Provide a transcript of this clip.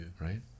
Right